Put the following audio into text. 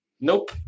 Nope